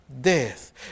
death